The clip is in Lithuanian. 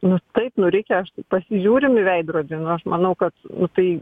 nu taip nu reikia aš pasižiūrim į veidrodį nu aš manau kad nu tai